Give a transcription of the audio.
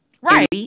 Right